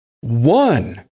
one